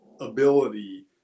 ability